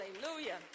hallelujah